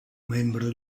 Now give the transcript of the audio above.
membro